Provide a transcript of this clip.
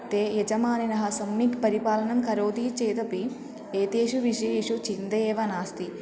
ते यजमानाः सम्यक् परिपालनं करोति चेदपि एतेषु विषयेषु चिन्ता एव नास्ति